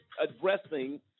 addressing